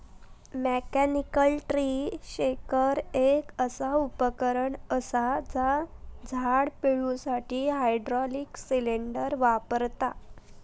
mechanical tree shaker एक असा उपकरण असा जा झाड पिळुसाठी हायड्रॉलिक सिलेंडर वापरता